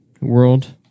world